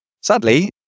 sadly